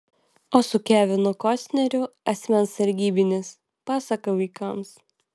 o su kevinu kostneriu asmens sargybinis pasaka vaikams